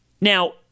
Now